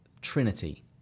Trinity